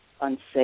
unsafe